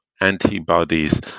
antibodies